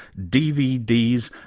dvds,